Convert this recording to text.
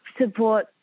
support